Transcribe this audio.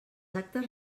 actes